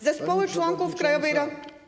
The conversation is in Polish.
Zespoły członków krajowej rady.